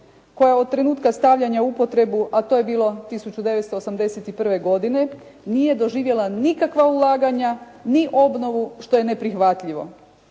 koja od trenutka stavljanja u upotrebu, a to je bilo 1981. godine nije doživjela nikakva ulaganja, ni obnovu, što je neprihvatljivo.